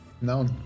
no